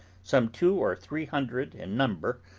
some two or three hundred in number,